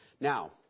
Now